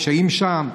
קשיים שם,